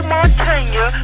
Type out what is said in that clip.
Montana